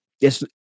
Yes